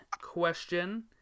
question